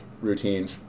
routine